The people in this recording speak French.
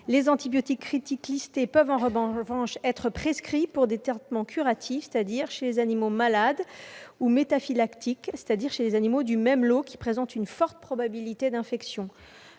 Les antibiotiques critiques listés peuvent, en revanche, être prescrits pour des traitements curatifs, c'est-à-dire chez des animaux malades, ou métaphylactiques, à savoir chez des animaux du même lot qui présentent une forte probabilité d'infection.